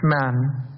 man